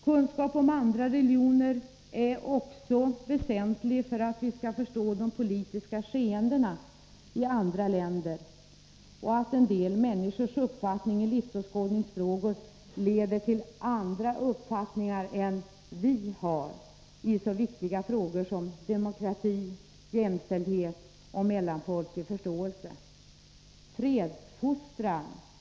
Kunskap om andra religioner är också väsentlig för att vi skall förstå de politiska skeendena i andra länder liksom att en del människors livsåskådning leder till andra uppfattningar än de vi har i så viktiga frågor som demokrati, jämställdhet och mellanfolklig förståelse.